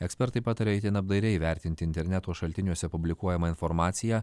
ekspertai pataria itin apdairiai įvertinti interneto šaltiniuose publikuojamą informaciją